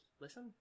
listen